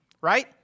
right